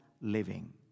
living